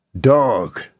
Dog